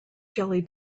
jelly